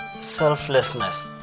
selflessness